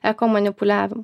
eko manipuliavimu